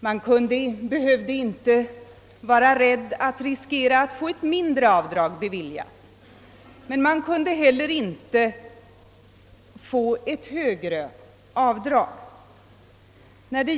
Man behövde inte riskera att få ett mindre avdrag än detta beviljat, men man kunde heller inte göra ett högre avdrag.